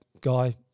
guy